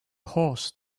horse